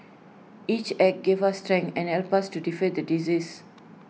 each act gave us strength and helped us to defeat the disease